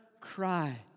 cry